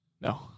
No